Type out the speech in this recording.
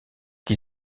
qui